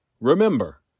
Remember